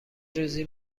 روزی